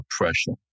oppression